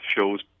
shows